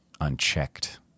unchecked